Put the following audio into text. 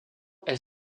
elle